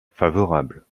favorable